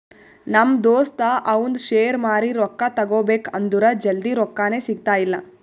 ನಮ್ ದೋಸ್ತ ಅವಂದ್ ಶೇರ್ ಮಾರಿ ರೊಕ್ಕಾ ತಗೋಬೇಕ್ ಅಂದುರ್ ಜಲ್ದಿ ರೊಕ್ಕಾನೇ ಸಿಗ್ತಾಯಿಲ್ಲ